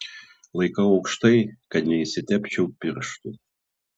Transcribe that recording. laikau aukštai kad neišsitepčiau pirštų